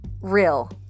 real